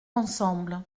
ensemble